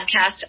podcast